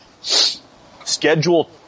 schedule